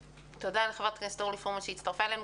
תודה לחברת הכנסת אורלי פרומן שהצטרפה אלינו.